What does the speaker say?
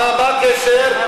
מה הקשר?